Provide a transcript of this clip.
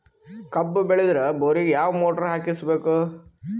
ಕಬ್ಬು ಬೇಳದರ್ ಬೋರಿಗ ಯಾವ ಮೋಟ್ರ ಹಾಕಿಸಬೇಕು?